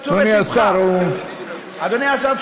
אדוני השר,